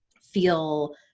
feel